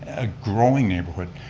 a growing neighborhood.